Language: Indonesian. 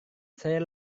saya